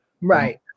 Right